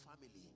family